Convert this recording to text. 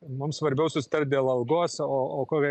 mum svarbiau susitart dėl algos o o kokią